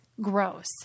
gross